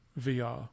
VR